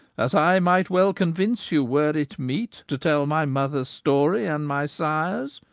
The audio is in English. as i might well convince you, were it meet to tell my mother's story and my sire's,